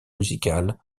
musical